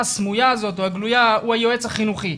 הסמויה הזאת או הגלויה הוא היועץ החינוכי.